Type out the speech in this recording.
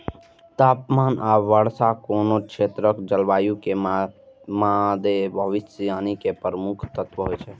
तापमान आ वर्षा कोनो क्षेत्रक जलवायु के मादे भविष्यवाणी के प्रमुख तत्व होइ छै